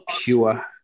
pure